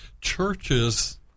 churches